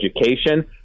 education